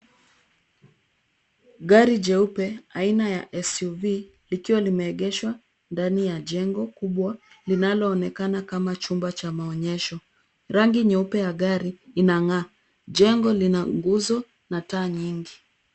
Gari jeupe aina ya SUV likiwa limeegeshwa ndani ya jengo kubwa linaloloonekana kama chumba cha maonyesho. Rangi nyeupe ya gari inang'aa. Jengo lina nguzo na taa nyingi.